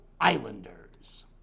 Islanders